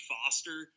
Foster